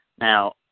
Now